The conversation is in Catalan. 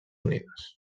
unides